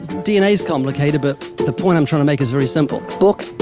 dna's complicated, but the point i'm trying to make is very simple. book,